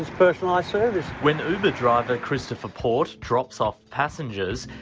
personalised service. when uber driver christopher port drops off passengers,